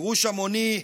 גירוש המוני,